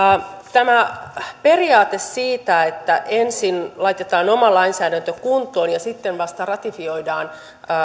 tämä periaate siitä että ensin laitetaan oma lainsäädäntö kuntoon ja sitten vasta ratifioidaan